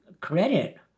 credit